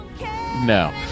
No